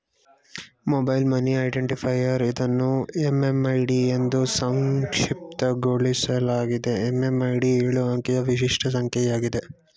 mobile money identifier ಇದನ್ನು MMID ಎಂದೂ ಸಂಕ್ಷಿಪ್ತಗೊಳಿಸಲಾಗಿದೆ ಎಂ.ಎಂ.ಐ.ಡಿ ಎಳು ಅಂಕಿಯ ವಿಶಿಷ್ಟ ಸಂಖ್ಯೆ ಆಗಿದೆ